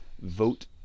vote